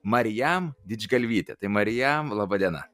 marijam didžgalvytė tai marijam laba diena